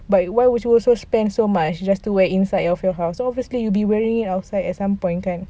but why would you also spend so much just to wear inside of your house so obviously you'll be wearing outside at some point kan